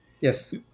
Yes